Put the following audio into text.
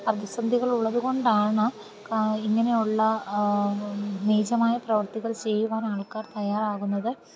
പ്രതിസന്ധികൾ ഉള്ളതുകൊണ്ടാണ് ഇങ്ങനെയുള്ള നീജമായ പ്രവർത്തികൾ ചെയ്യുവാൻ ആൾക്കാർ തയ്യാറാകുന്നത്